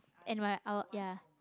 and ri~ i wou~ ya